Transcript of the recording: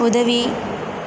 உதவி